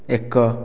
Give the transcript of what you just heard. ଏକ